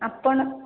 ଆପଣ